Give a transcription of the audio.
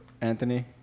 Anthony